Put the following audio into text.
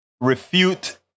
refute